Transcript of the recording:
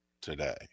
today